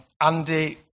Andy